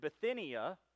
Bithynia